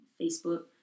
Facebook